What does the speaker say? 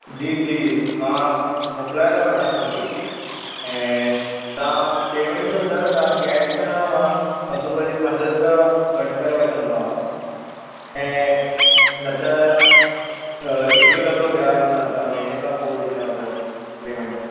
जी जी मां मोकिलाए थो वठांव भली ऐं तव्हां पेमेन्ट जो ॿुधायो तव्हां कैश कंदाव मां अघु भली पंज रुपया घटि करे वठंदुमांव मां ऐं न त हिकु टको वियाज थींदुव तव्हां महीने खां पोइ ॾींदुव त पेमेन्ट